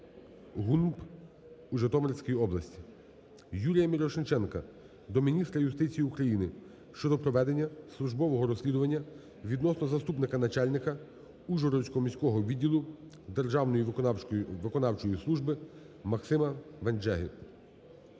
ГУНП у Житомирській області. Юрія Мірошниченка до міністра юстиції України щодо проведення службового розслідування відносно заступника начальника Ужгородського міського відділу Державної виконавчої служби Максима Венжеги.